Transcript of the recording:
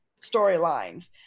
storylines